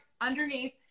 underneath